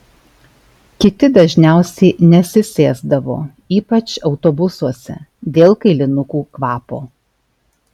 kiti dažniausiai nesisėsdavo ypač autobusuose dėl kailinukų kvapo